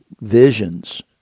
visions